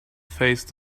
phase